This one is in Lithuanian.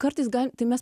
kartais gal tai mes